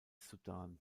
sudan